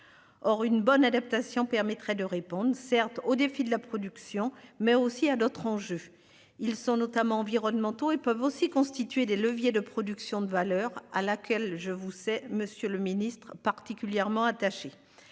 Or une bonne adaptation permettrait de répondre certes au défi de la production mais aussi à d'autres enjeux. Ils sont notamment environnementaux et peuvent aussi constituer des leviers de production de valeur à laquelle je vous sais Monsieur le Ministre, particulièrement attaché.